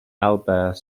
albert